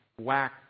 whack